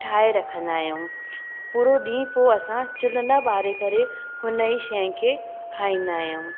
ठाहे रखंदा आहियूं पूरो ॾींहुं पोइ असां चुल्ह न ॿारे करे हुन ई शइ खे खाईंदा आहियूं